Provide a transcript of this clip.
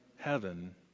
heaven